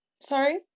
Sorry